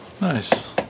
Nice